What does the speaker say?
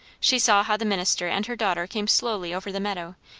she saw how the minister and her daughter came slowly over the meadow,